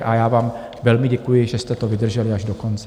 A já vám velmi děkuji, že jste to vydrželi až do konce.